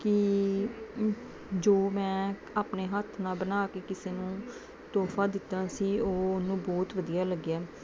ਕਿ ਜੋ ਮੈਂ ਆਪਣੇ ਹੱਥ ਨਾਲ ਬਣਾ ਕੇ ਕਿਸੇ ਨੂੰ ਤੋਹਫਾ ਦਿੱਤਾ ਸੀ ਉਹ ਉਹਨੂੰ ਬਹੁਤ ਵਧੀਆ ਲੱਗਿਆ